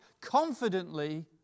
confidently